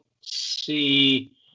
see